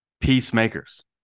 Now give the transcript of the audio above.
peacemakers